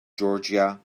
georgia